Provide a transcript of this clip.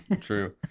True